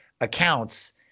accounts